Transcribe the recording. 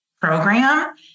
program